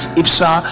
ipsa